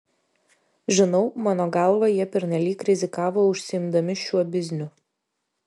žinau mano galva jie pernelyg rizikavo užsiimdami šiuo bizniu